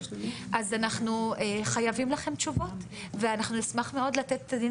אז אנחנו חייבים לכם תשובות ואנחנו נשמח מאוד לתת את הדין